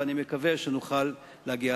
ואני מקווה שנוכל להגיע.